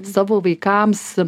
savo vaikams